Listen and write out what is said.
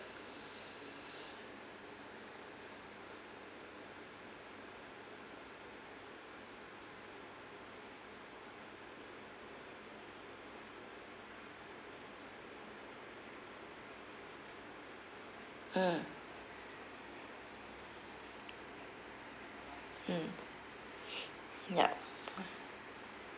mm mm ya